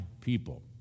people